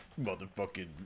motherfucking